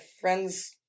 friend's